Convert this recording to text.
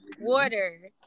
water